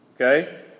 Okay